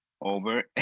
over